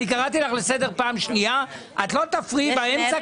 אני קראתי לך לסדר פעם שנייה, את לא תפריעי באמצע.